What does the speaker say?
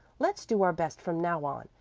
let's do our best from now on,